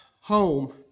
home